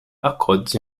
accords